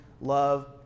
love